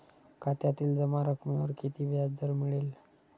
खात्यातील जमा रकमेवर किती व्याजदर मिळेल?